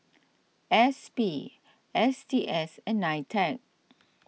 S P S T S and Nitec